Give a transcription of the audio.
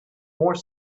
more